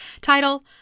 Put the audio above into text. title